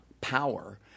power